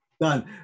Done